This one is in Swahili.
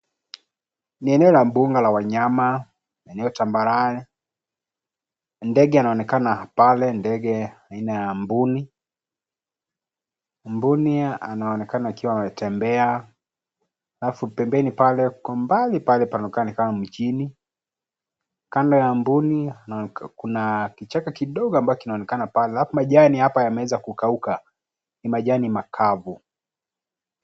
Ni eneo la mbuga la wanyama, eneo tambarare. Ndege anaonekana pale, ndege aina ya mbuni. Mbuni anaonekana akiwa ametembea, alafu pembeni pale kwa umbali pale panaonekana ni kama mjini. Kando ya mbuni kuna kichaka kidogo ambayo kinaonekana pale alafu majani hapa yameweza kukauka, ni majani makavu.